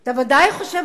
אתה ודאי חושב,